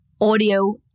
audio